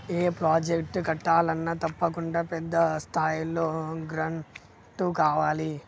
ఏ project కట్టాలన్నా తప్పకుండా పెద్ద స్థాయిలో గ్రాంటు కావాలి